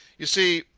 you see,